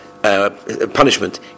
Punishment